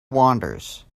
wanders